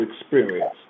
experience